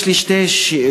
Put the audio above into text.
יש לי שתי שאלות.